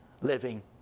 living